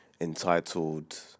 entitled